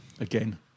Again